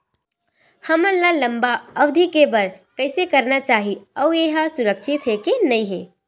हमन ला लंबा अवधि के बर कइसे करना चाही अउ ये हा सुरक्षित हे के नई हे?